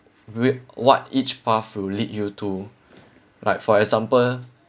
whe~ what each path will lead you to like for example